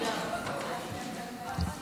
בדבר נזקי העישון),